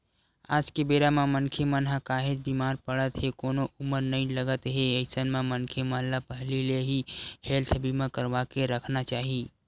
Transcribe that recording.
आज के बेरा म मनखे मन ह काहेच बीमार पड़त हे कोनो उमर नइ लगत हे अइसन म मनखे मन ल पहिली ले ही हेल्थ बीमा करवाके रखना चाही